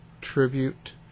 tribute